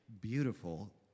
beautiful